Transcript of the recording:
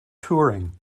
touring